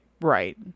right